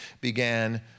began